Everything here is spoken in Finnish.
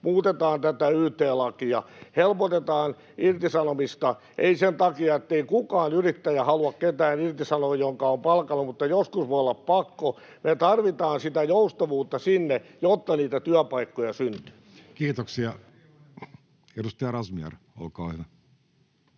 muutetaan yt-lakia, helpotetaan irtisanomista — ei sen takia, että kukaan yrittäjä haluaisi irtisanoa ketään, jonka on palkannut, mutta joskus voi olla pakko. Me tarvitaan sitä joustavuutta sinne, jotta niitä työpaikkoja syntyy. Kiitoksia. — Edustaja Razmyar, olkaa hyvä.